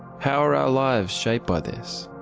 how are our lives shaped by this?